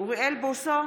אוריאל בוסו,